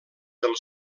del